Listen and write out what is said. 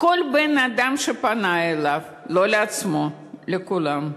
לכל בן-אדם שפנה אליו, לא לעצמו, לכולם.